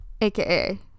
aka